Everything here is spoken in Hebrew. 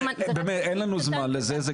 אין לנו זמן ליותר ציטוטים מזה